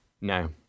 No